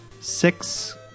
six